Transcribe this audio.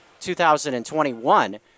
2021